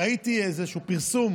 ראיתי איזשהו פרסום